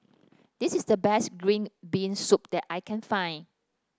this is the best Green Bean Soup that I can find